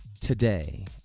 today